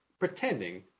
pretending